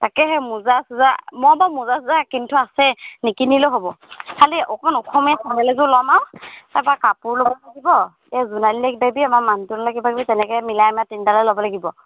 তাকেহে মোজা চোজা মই বাৰু মোজা চোজা কিনি থোৱা আছে নিকিনিলেও হ'ব খালি অকণ ওখমূৰীয়া চেণ্ডেল এযোৰ ল'ম আৰু তাৰপৰা কাপোৰ ল'ব লাগিব এই জোনালীলৈ কিবা কিবি আমাৰ মানুহটোলৈ কিবা কিবি তেনেকৈ মিলাই আমাৰ তিনিটালে ল'ব লাগিব